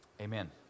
amen